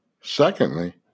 secondly